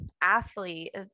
athlete